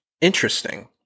interesting